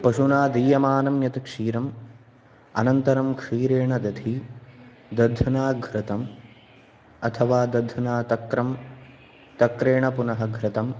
पशुनादीयमानं यत् क्षीरम् अनन्तरं क्षीरेण दधि दध्ना घृतम् अथवा दध्ना तक्र तक्रेण पुनः घृतम्